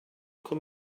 come